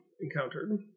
encountered